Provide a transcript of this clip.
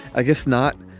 i guess not,